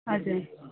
हजुर